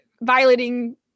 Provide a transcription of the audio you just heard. violating